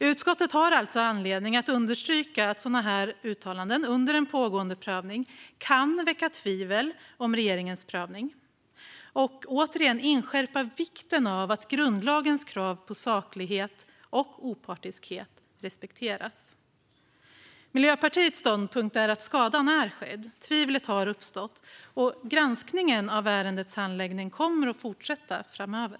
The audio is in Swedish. Utskottet har alltså anledning att understryka att sådana här uttalanden under en pågående prövning kan väcka tvivel om regeringens prövning och att återigen inskärpa vikten av att grundlagens krav på saklighet och opartiskhet respekteras. Miljöpartiets ståndpunkt är att skadan är skedd. Tvivlet har uppstått, och granskningen av ärendets handläggning kommer att fortsätta framöver.